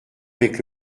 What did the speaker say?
avec